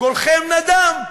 קולכם נדם.